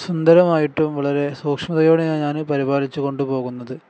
സുന്ദരമായിട്ടും വളരെ സൂക്ഷ്മതയോടെയാണ് ഞാൻ പരിപാലിച്ച് കൊണ്ടു പോകുന്നത്